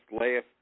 last